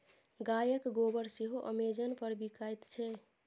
गायक गोबर सेहो अमेजन पर बिकायत छै